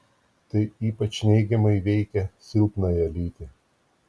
tai ypač neigiamai veikia silpnąją lytį